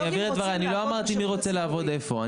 אני אבהיר את דבריי: אני לא אמרתי מי רוצה לעבוד איפה.